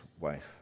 wife